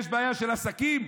יש בעיה של עסקים?